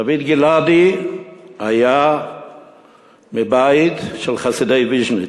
דוד גלעדי היה מבית של חסידי ויז'ניץ,